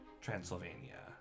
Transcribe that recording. Transylvania